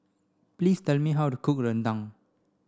please tell me how to cook Rendang